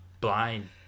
Blind